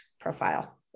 profile